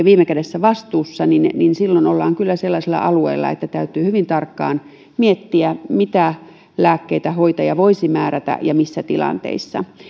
viime kädessä vastuussa niin silloin ollaan kyllä sellaisella alueella että täytyy hyvin tarkkaan miettiä mitä lääkkeitä hoitaja voisi määrätä ja missä tilanteissa